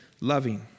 Loving